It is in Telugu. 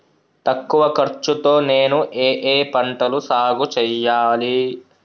తక్కువ ఖర్చు తో నేను ఏ ఏ పంటలు సాగుచేయాలి?